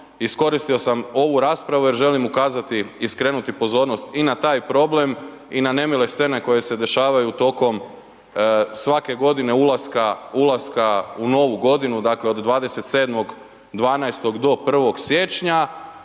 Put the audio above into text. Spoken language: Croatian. iskoristio sam ovu raspravu jer želim ukazati i skrenuti pozornost i na taj problem i na nemile scene koje se dešavaju tokom svake godine ulaska, ulaska u novu godinu dakle od 27.12. do 1.siječnja